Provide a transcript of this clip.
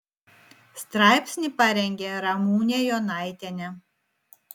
straipsnį parengė ramūnė jonaitienė